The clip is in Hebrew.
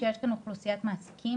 שיש לנו אוכלוסיית מעסיקים,